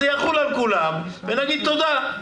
זה יחול על כולם ונגיד תודה.